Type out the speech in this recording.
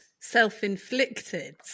self-inflicted